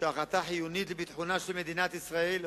וההחלטה חיונית לביטחונה של מדינת ישראל.